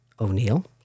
O'Neill